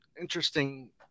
Interesting